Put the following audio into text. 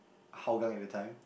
Hougang at the time